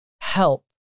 help